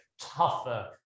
tougher